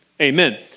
Amen